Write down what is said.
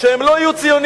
שהם לא ציונים.